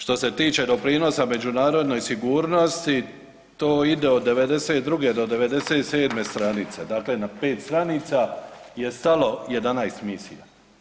Što se tiče doprinosa međunarodnoj sigurnosti to ide od 92 do 97 stranice, dakle na 5 stranica je stalo 11 misija.